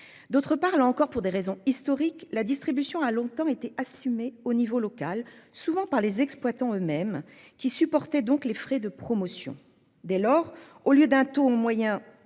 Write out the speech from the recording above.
D'autre part, là encore pour des raisons historiques, la distribution a longtemps été assumé au niveau local souvent par les exploitants eux- mêmes qui supportaient donc les frais de promotion dès lors au lieu d'un taux moyen